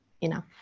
enough